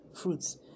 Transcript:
fruits